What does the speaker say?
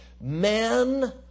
men